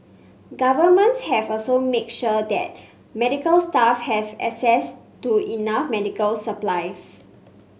governments have also made sure that medical staff have access to enough medical supplies